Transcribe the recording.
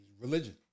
religion